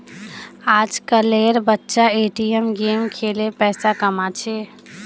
आजकल एर बच्चा ए.टी.एम गेम खेलें पैसा कमा छे